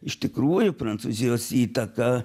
iš tikrųjų prancūzijos įtaka